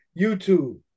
YouTube